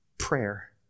prayer